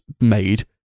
made